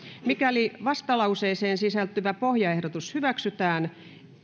mikäli vastalauseeseen sisältyvä pohjaehdotus hyväksytään